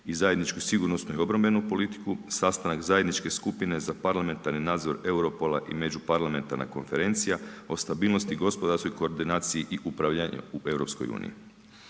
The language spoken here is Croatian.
i zajedničku sigurnosnu i obrambenu politiku, sastanak zajedničke skupine za parlamentarni nadzor Europola i Međuparlamentarna konferencija, o stabilnosti i gospodarskoj koordinaciji i upravljanju u EU.